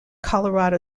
colorado